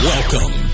Welcome